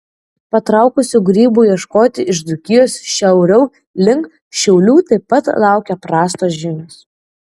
patraukusių grybų ieškoti iš dzūkijos šiauriau link šiaulių taip pat laukia prastos žinios